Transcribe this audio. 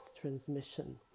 transmission